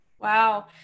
Wow